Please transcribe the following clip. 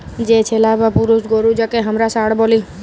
যে ছেলা বা পুরুষ গরু যাঁকে হামরা ষাঁড় ব্যলি